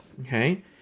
okay